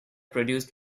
produced